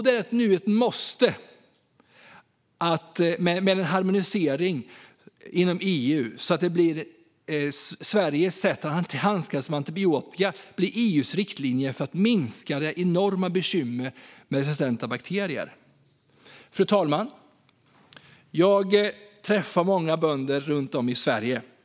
Det är nu ett måste med en harmonisering inom EU, så att Sveriges sätt att handskas med antibiotika blir EU:s riktlinje för att minska de enorma bekymren med resistenta bakterier. Fru talman! Jag träffar många bönder runt om i Sverige.